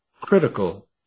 Critical